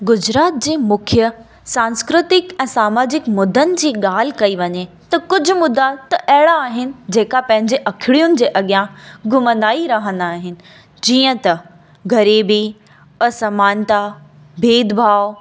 गुजरात जे मुख्य सांस्कृतिक ऐं समाजिक मुदनि जी ॻाल्हि कई वञे त कुझु मुदा त अहिड़ा आहिनि जेका पंहिंजे अखिणियुनि जे अॻियां घुमंदा ई रहंदा आहिनि जीअं त ग़रीबी असमानता भेदभाव